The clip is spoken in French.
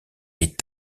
est